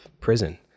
prison